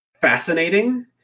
fascinating